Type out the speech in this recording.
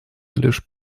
лишь